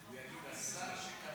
בבקשה.